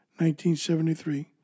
1973